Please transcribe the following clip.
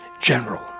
general